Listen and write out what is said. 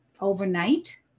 overnight